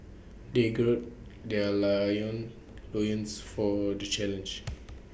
they gird their lion loins for the challenge